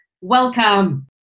Welcome